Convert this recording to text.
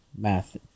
math